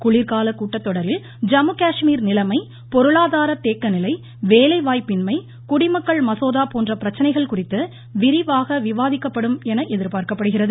குளிர்கால கூட்டத்தொடரில் ஜம்முகாஷ்மீர் நிலைமை பொருளாதார தேக்கநிலை வேலைவாய்ப்பின்மை குடிமக்கள் மசோதா போன்ற பிரச்சனைகள் குறித்து விரிவாக விவாதிக்கப்படும் என எதிர்பார்க்கப்படுகிறது